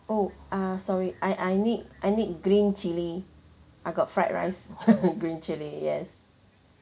oh ah sorry I I need I need green chilli I got fried rice green chilli yes